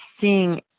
seeing